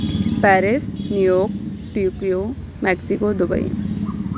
Paris New York Tokyo Mexico Dubai